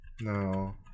No